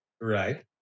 Right